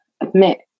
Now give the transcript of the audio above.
admit